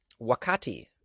Wakati